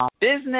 business